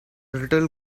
little